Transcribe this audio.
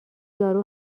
یارو